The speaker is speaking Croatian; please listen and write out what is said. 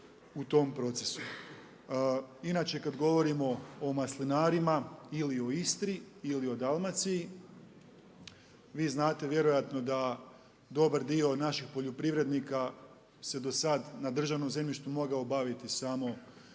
u tom procesu. Inače kad govorimo o maslinarima ili o Istri ili o Dalmaciji vi znate vjerojatno da dobar dio naših poljoprivrednika se do sad na državnom zemljištu mogao baviti samo